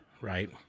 right